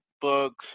books